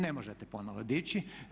Ne možete ponovno dići.